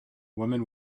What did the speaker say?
woman